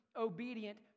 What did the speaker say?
obedient